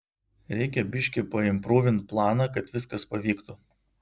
reikia biškį paimprūvint planą kad viskas pavyktų